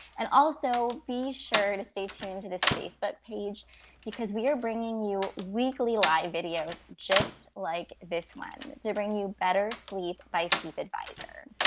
and also, be sure to stay tuned to this facebook page because we are bringing you weekly live videos just like this one to bring you better sleep by sleep advisor.